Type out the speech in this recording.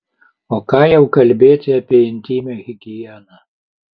o ką jau kalbėti apie intymią higieną